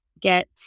get